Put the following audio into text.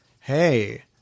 hey